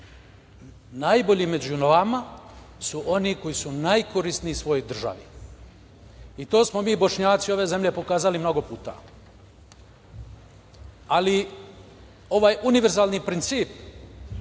najbolji među vama su oni koji su najkorisniji svojoj državi. To smo mi Bošnjaci ove zemlje pokazali mnogo puta. Ovaj univerzalni princip,